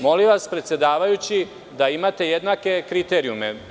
Molim vas predsedavajući da imate jednake kriterijume.